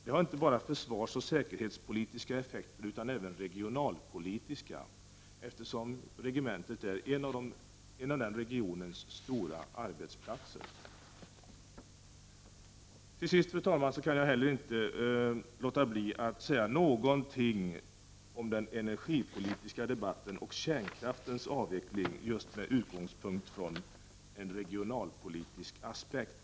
Det har inte bara försvarsoch säkerhetspolitiska effekter utan även regionalpolitiska effekter, eftersom regementet är en av regionens stora arbetsplatser. Till sist, fru talman, kan jag inte underlåta att säga några ord om den energipolitiska debatten och kärnkraftens avveckling med utgångspunkt i just en realpolitisk aspekt.